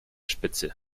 spitze